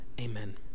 Amen